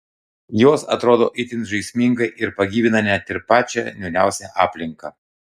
jos atrodo itin žaismingai ir pagyvina net ir pačią niūriausią aplinką